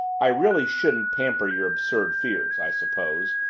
i really shouldn't pamper your absurd fears, i suppose,